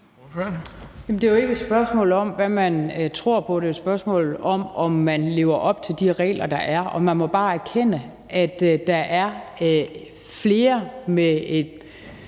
Det er jo ikke et spørgsmål om, hvad man tror på; det er jo et spørgsmål om, om man lever op til de regler, der er. Og man må bare erkende, at der er flere med